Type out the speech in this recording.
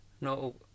no